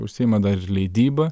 užsiima dar ir leidyba